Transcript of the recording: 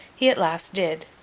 he at last did.